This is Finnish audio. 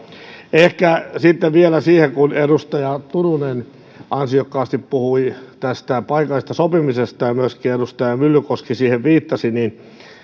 ehkä sitten vielä siihen kun edustaja turunen ansiokkaasti puhui tästä paikallisesta sopimisesta ja myöskin edustaja myllykoski siihen viittasi